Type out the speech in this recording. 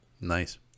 Nice